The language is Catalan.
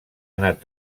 anat